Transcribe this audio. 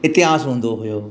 इतिहास हूंदो हुयो